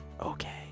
Okay